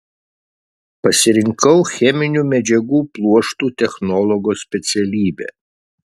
pasirinkau cheminių medžiagų pluoštų technologo specialybę